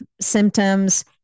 symptoms